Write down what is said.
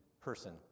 person